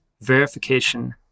verification